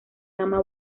gama